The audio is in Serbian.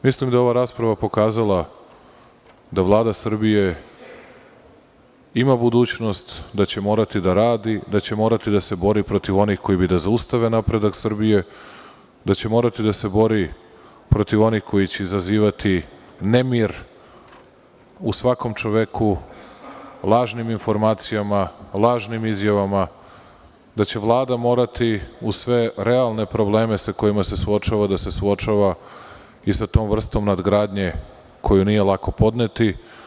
Mislim da je ova rasprava pokazala da Vlada Srbije ima budućnost, da će morati da radi, da će morati da se bori protiv onih koji bi da zaustave napredak Srbije, da će morati da se bori protiv onih koji će izazivati nemir u svakom čoveku lažnim informacijama, lažnim izjavama, da će Vlada morati, uz sve realne probleme sa kojima se suočava, da se suočava i sa tom vrstom nadgradnje koju nije lako podneti.